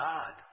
God